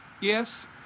Yes